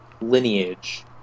lineage